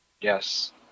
Yes